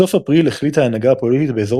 בסוף אפריל החליטה ההנהגה הפוליטית באזור